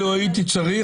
לו הייתי צריך,